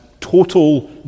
total